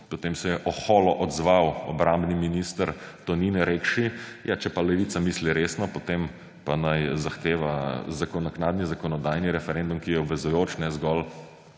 potem se je oholo odzval obrambni minister Tonin, rekši, ja, če pa Levica misli resno, potem pa naj zahteva naknadni zakonodajni referendum, ki je obvezujoč, ne zgolj